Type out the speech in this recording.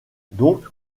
donc